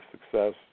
success